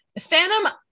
Phantom